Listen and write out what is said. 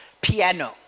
piano